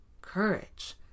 courage